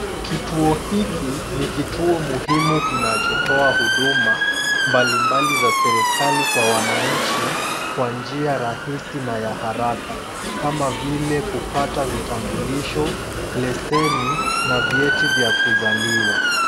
Kituo hiki ni kituo muhimu kinachotoa huduma mbalimbali za serikali kwa wananchi, kwa njia rahisi na ya haraka, kama vile kupata vitambulisho, leseni na vyeti vya kuzaliwa.